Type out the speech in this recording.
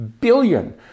billion